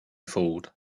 fooled